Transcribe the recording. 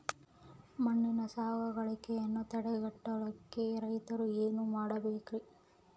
ಮಣ್ಣಿನ ಸವಕಳಿಯನ್ನ ತಡೆಗಟ್ಟಲಿಕ್ಕೆ ರೈತರು ಏನೇನು ಮಾಡಬೇಕರಿ?